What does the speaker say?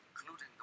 including